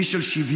איש של שוויון,